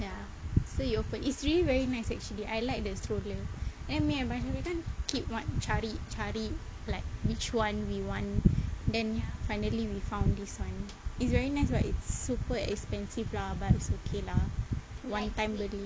ya so you open is really very nice actually I like the stroller then me and my friend kan keep on cari-cari like which one we want then finally we found this [one] is very nice but it's super expensive lah but it's okay lah one time beli